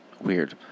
Weird